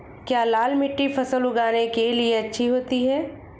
क्या लाल मिट्टी फसल उगाने के लिए अच्छी होती है?